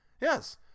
Yes